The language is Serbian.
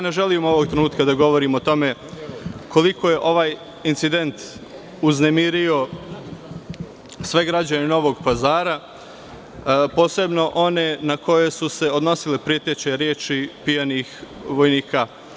Ne želim ovog trenutka da govorim o tome koliko je ovaj incident uznemirio sve građane Novog Pazara, posebno one na koje su se odnosile preteće reči pijanih vojnika.